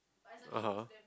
(uh huh)